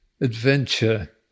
adventure